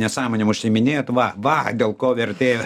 nesąmonėm užsiiminėjat va va dėl ko vertėjo